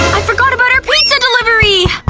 i forgot about our pizza delivery!